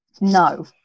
No